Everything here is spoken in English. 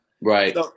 Right